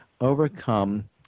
overcome